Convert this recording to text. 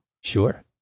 Sure